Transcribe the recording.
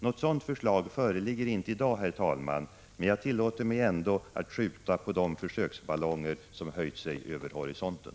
Något sådant förslag föreligger inte i dag, herr talman, men jag tillåter mig ändå att skjuta på de försöksballonger som höjt sig över horisonten.